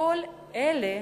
כל אלה